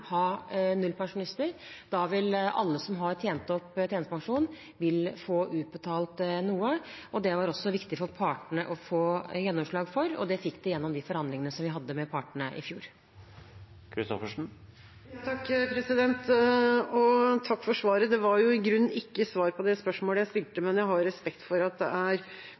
ha nullpensjonister. Da vil alle som har tjent opp tjenestepensjon, få utbetalt noe. Det var det også viktig for partene å få gjennomslag for, og det fikk de gjennom de forhandlingene vi hadde med partene i fjor. Takk for svaret. Det var i grunnen ikke svar på det spørsmålet jeg stilte, men jeg har respekt for at dette er